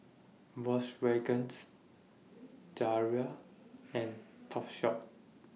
Volkswagen's Zalia and Topshop